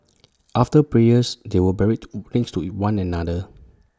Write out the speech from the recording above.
after prayers they were buried next to one another